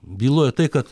byloja tai kad